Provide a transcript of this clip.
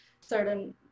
certain